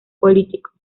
político